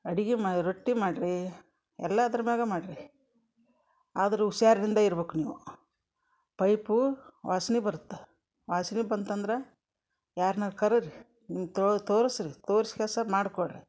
ಅಡಿಗೆ ಮಾ ರೊಟ್ಟಿ ಮಾಡಿರಿ ಎಲ್ಲ ಅದ್ರ ಮ್ಯಾಲ ಮಾಡಿರಿ ಆದ್ರೆ ಹುಷಾರಿಂದ ಇರ್ಬೇಕು ನೀವು ಪೈಪು ವಾಸ್ನೆ ಬರುತ್ತೆ ವಾಸ್ನೆ ಬಂತಂದ್ರೆ ಯಾರ್ನಾರೂ ಕರೀರಿ ನೀವು ತೋರಸಿ ರೀ ತೋರ್ಶ್ಕೆಸ ಮಾಡ್ಕೊಳ್ಳಿ ರೀ